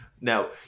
Now